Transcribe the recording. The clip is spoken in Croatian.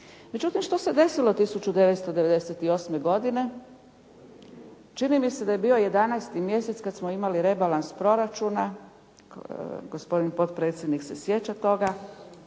Međutim, što se desilo 1998. godine? Čini mi se da je bio 11. mjesec kad smo imali rebalans proračuna, gospodin potpredsjednik se sjeća toga.